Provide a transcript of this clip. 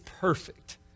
perfect